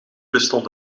bestond